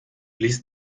blies